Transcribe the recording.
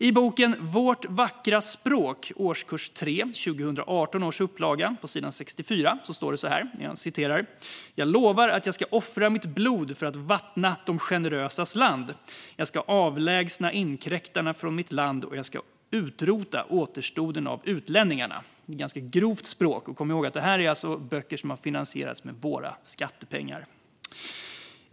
I boken Vårt vackra språk för årskurs 3, 2018 års upplaga, står det på s. 64: Jag lovar att jag ska offra mitt blod för att vattna de generösas land. Jag ska avlägsna inkräktarna från mitt land, och jag ska utrota återstoden av utlänningarna. Det är ett ganska grovt språk. Kom ihåg att detta alltså är böcker som har finansierats med våra skattepengar.